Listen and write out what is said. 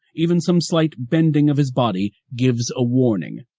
even some slight bending of his body, gives a warning.